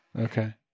Okay